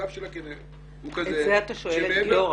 אתה שואל את גיורא.